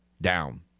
down